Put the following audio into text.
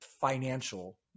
financial